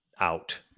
out